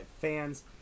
fans